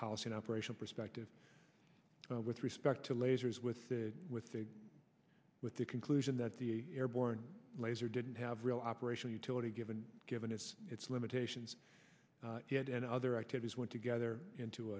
policy operation perspective with respect to lasers with the with the with the conclusion that the airborne laser didn't have real operational utility given given its its limitations and other activities went together